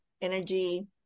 energy